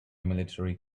military